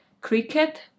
Cricket